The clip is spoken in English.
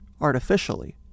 artificially